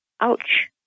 Ouch